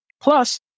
Plus